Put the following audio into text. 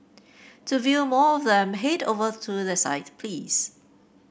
to view more of them head over to their site please